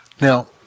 Now